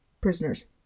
prisoners